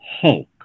Hulk